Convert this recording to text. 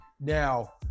Now